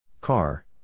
Car